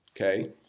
okay